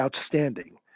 outstanding